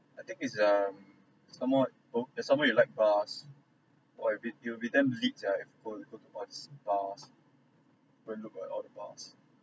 I think it's um somewhat some more you like grass !wah! you'll be you will be damn leads sia if go go to the beach look at all the bars